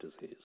disease